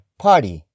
party